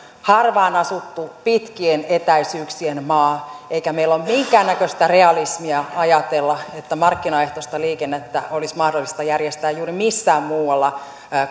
harvaan asuttu pitkien etäisyyksien maa eikä meillä ole minkäännäköistä realismia ajatella että markkinaehtoista liikennettä olisi mahdollista järjestää juuri missään muualla